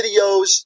videos